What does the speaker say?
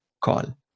call